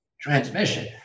transmission